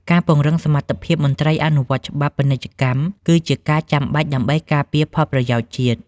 ការពង្រឹងសមត្ថភាពមន្ត្រីអនុវត្តច្បាប់ពាណិជ្ជកម្ម គឺជាការចាំបាច់ដើម្បីការពារផលប្រយោជន៍ជាតិ។